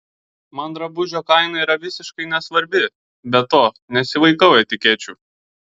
man drabužio kaina yra visiškai nesvarbi be to nesivaikau etikečių